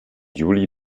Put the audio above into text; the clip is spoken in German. juli